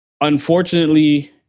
unfortunately